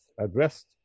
addressed